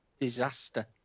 disaster